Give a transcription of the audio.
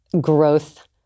growth